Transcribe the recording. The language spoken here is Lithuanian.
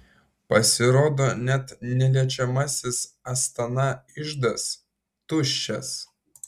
pasirodo net neliečiamasis astana iždas tuščias